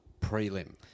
prelim